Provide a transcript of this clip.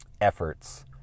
efforts